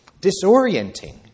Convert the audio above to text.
disorienting